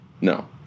No